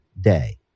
day